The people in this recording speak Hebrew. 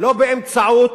לא באמצעות